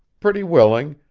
pretty willing,